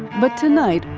but tonight,